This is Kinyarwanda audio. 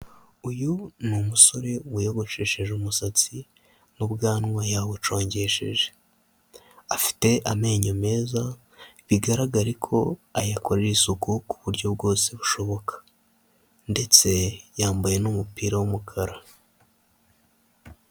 Uyu ni umusore wiyogoshesheje umusatsi n'ubwanwa yabucongesheje, afite amenyo meza bigaragare ko ayakorera isuku ku buryo bwose bushoboka, ndetse yambaye n'umupira w'umukara.